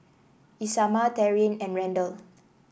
Isamar Taryn and Randal